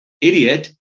idiot